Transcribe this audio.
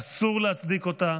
אסור להצדיק אותה,